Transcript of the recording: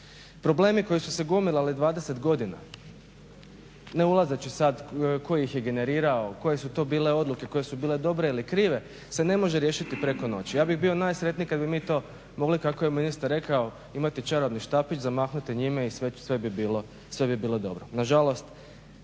Problemi koji su se gomilali 20 godina ne ulazeći sad tko ih je generirao, koje su to bile odluke, koje su bile dobre ili krive se ne može riješiti preko noći. Ja bih bio najsretniji kad bi mi to mogli kako je ministar rekao imati čarobni štapić, zamahnuti njime i sve bi bilo dobro.